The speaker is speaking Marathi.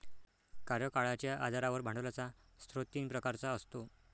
कार्यकाळाच्या आधारावर भांडवलाचा स्रोत तीन प्रकारचा असतो